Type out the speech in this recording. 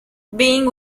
being